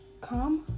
Come